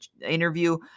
interview